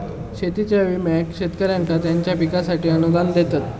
शेतीच्या विम्याक शेतकऱ्यांका त्यांच्या पिकांसाठी अनुदान देतत